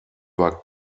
war